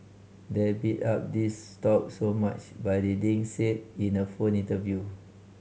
they bid up these stocks so much by reading said in a phone interview